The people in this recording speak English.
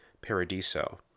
Paradiso